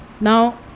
Now